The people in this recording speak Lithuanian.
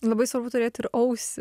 labai svarbu turėt ir ausį